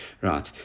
right